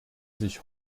sich